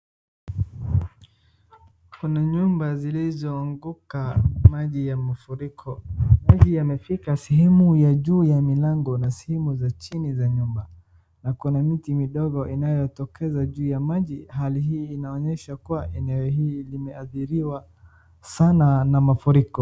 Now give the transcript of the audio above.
Kuna nyumba zilizoanguka maji ya mafuriko, maji yamefika sehemu ya juu ya milango na sehemu za chini za nyumba, na kuna miti midogo inayotokeza juu ya maji, hali hii inaonyesha kuwa eneo hili limeadhiriwa sana na mafuriko.